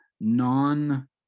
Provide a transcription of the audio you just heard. non